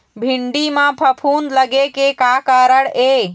भिंडी म फफूंद लगे के का कारण ये?